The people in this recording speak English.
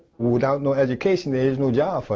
without no education, there is no job